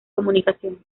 comunicación